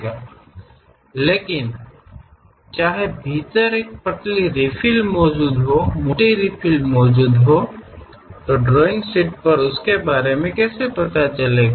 ಆದರೆ drawing sheet ಒಳಗೆ ತೆಳುವಾದ ದಟ್ಟವಾದ ಪುನರ್ಭರ್ತಿ ಇರುತ್ತದೆ a thin refill is present the thick refill is present ಎಂಬುದರ ಬಗ್ಗೆ ಹೇಗೆ ತಿಳಿಯುವುದು